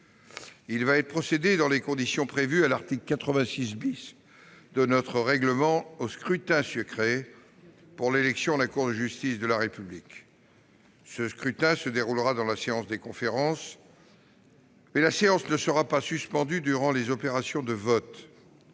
Il va être procédé, dans les conditions prévues par l'article 86 du règlement, au scrutin secret pour l'élection à la Cour de justice de la République. Ce scrutin se déroulera dans la salle des conférences, et la séance ne sera pas suspendue durant les opérations de vote.